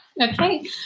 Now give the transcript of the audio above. Okay